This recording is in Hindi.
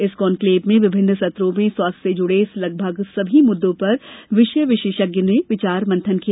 इस कॉन्क्लेव में विभिन्न सत्रों में स्वास्थ्य से जुड़े लगभग सभी मुद्दों पर विषय विशेषज्ञ ने विचार मंथन किया